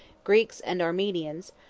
greeks, and armenians,